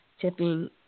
tipping